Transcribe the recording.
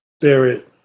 Spirit